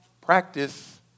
Practice